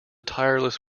tireless